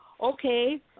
okay